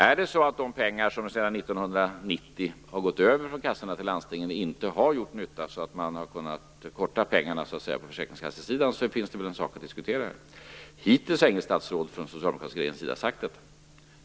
Är det så att de pengar som sedan 1990 har gått över från kassorna till landstingen inte har gjort nytta, så att man har kunnat minska pengarna på försäkringskassesidan, är väl det något vi kan diskutera här. Hittills har inget statsråd från den socialdemokratiska regeringen sagt detta.